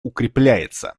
укрепляется